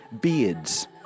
Beards